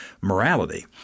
morality